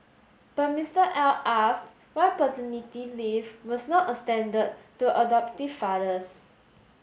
but Mister L asked why paternity leave was not extended to adoptive fathers